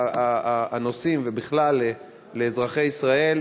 לצורכי הנוסעים ובכלל לאזרחי ישראל,